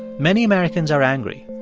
many americans are angry.